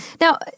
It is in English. Now